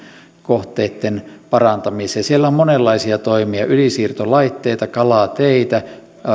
kohteitten parantamiseen siellä on monenlaisia toimia ylisiirtolaitteita kalateitä